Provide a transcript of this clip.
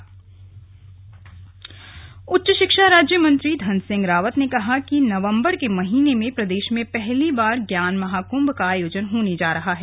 ज्ञान महाकुम्भ उच्च शिक्षा राज्य मंत्री धन सिंह रावत ने कहा कि नवंबर के महीने में प्रदेश में पहली बार ज्ञान महाकुंभ का आयोजन होने जा रहा है